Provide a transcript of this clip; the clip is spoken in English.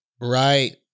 Right